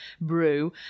brew